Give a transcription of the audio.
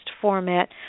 format